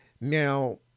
Now